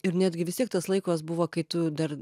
ir netgi vis tiek tas laikas buvo kai tu dar